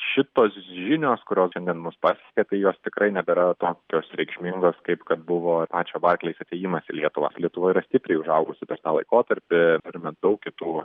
šitos žinios kurios šiandien mus pasiekė apie juos tikrai nebėra tokios reikšmingos kaip kad buvo pačio barkleis atėjimas į lietuvą lietuva yra stipriai užaugusi per tą laikotarpį turime daug kitų